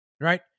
right